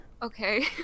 Okay